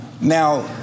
Now